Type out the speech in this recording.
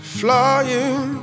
flying